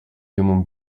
human